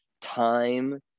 time